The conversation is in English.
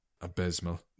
abysmal